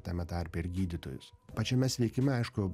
tame tarpe ir gydytojus pačiame sveikime aišku